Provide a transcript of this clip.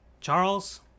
charles